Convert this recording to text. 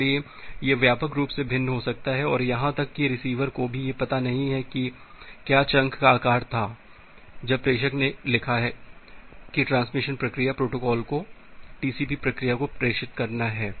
इसलिए यह व्यापक रूप से भिन्न हो सकता है और यहां तक कि रिसीवर को यह भी पता नहीं है कि क्या चंक का आकार था जब प्रेषक ने लिखा है कि ट्रांसमिशन प्रक्रिया प्रोटोकॉल को टीसीपी प्रक्रिया को प्रेषित करना है